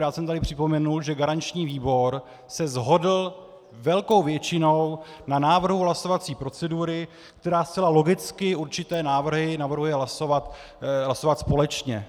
Já jsem tu připomněl, že garanční výbor se shodl velkou většinou na návrhu hlasovací procedury, která zcela logicky určité návrhy navrhuje hlasovat společně.